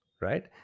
right